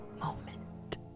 moment